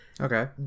Okay